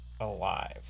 alive